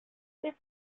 this